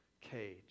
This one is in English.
cage